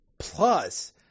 Plus